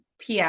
PS